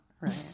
right